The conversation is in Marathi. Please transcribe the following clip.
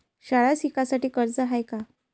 शाळा शिकासाठी कर्ज हाय का?